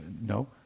No